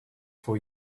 for